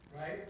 right